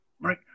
Right